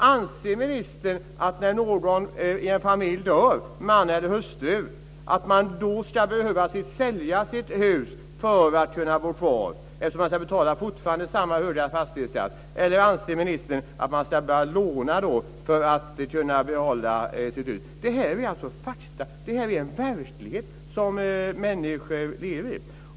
Anser ministern att när någon i en familj dör - man eller hustru - att man då ska behöva sälja sitt hus för att kunna bo kvar eftersom man fortfarande ska betala samma höga fastighetsskatt? Eller anser ministern att man ska behöva låna för att kunna behålla sitt hus? Det här är fakta. Det här är en verklighet som människor lever i.